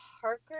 Parker